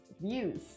views